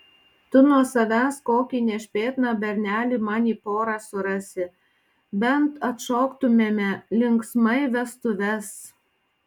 tu nuo savęs kokį nešpėtną bernelį man į porą surasi bent atšoktumėme linksmai vestuves